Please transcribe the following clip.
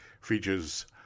features